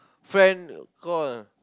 friend call